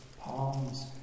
palms